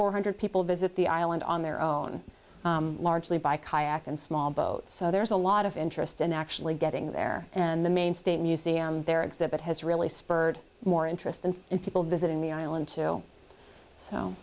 four hundred people visit the island on their own largely by kayak and small boat so there's a lot of interest in actually getting there and the maine state museum there exhibit has really spurred more interest and and people visiting the island too so